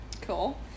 Cool